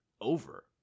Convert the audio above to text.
over